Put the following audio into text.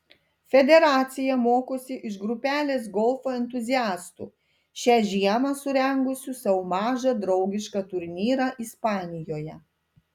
federacija mokosi iš grupelės golfo entuziastų šią žiemą surengusių sau mažą draugišką turnyrą ispanijoje